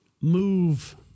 move